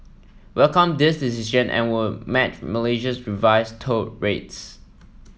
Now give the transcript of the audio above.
welcome this decision and will match Malaysia's revised toll rates